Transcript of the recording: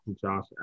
Josh